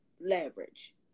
leverage